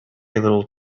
little